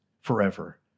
forever